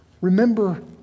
Remember